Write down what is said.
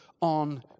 on